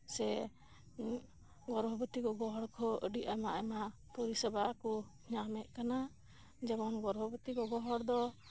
ᱥᱮ ᱜᱚᱨᱵᱷᱚᱵᱚᱛᱤ ᱜᱚᱜᱚ ᱦᱚᱲ ᱠᱚᱦᱚᱸ ᱟᱰᱤ ᱟᱭᱢᱟ ᱯᱚᱨᱤᱥᱮᱵᱟ ᱠᱚ ᱧᱟᱢᱮᱫ ᱠᱟᱱᱟ ᱡᱮᱢᱚᱱᱜᱚᱨᱵᱷᱚᱵᱚᱛᱤ ᱜᱚᱜᱚ ᱦᱚᱲ ᱫᱚ